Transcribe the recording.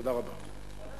תודה רבה.